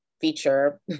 feature